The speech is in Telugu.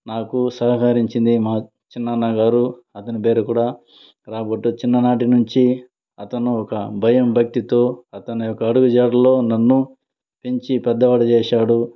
నాకు సహకరించింది మా చిన్నాన్నగారు అతను పేరు కూడ చిన్ననాటినుంచి అతను ఒక భయం భక్తితో అతని యొక్క అడుగుజాడల్లో నన్ను పెంచి పెద్దవాడు చేశాడు